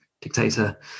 dictator